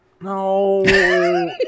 No